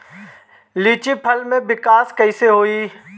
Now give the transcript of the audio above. लीची फल में विकास कइसे होई?